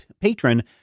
patron